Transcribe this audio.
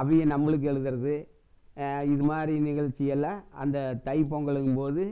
அவங்க நம்மளுக்கு எழுதுகிறது இதுமாதிரி நிகழ்ச்சி எல்லாம் அந்த தை பொங்கலுங்கும் போது